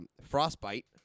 frostbite